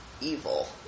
evil